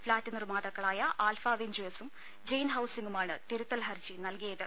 flat നിർമാതാക്കളായ alpha വെഞ്ചേഴ്സും ജെയിൻ ഹൌസിംഗുമാണ് തിരുത്തൽഹർജി നൽകിയത്